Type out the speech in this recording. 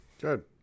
Good